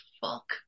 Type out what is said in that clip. fuck